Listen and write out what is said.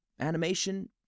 animation